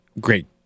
great